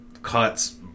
Cuts